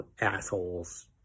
assholes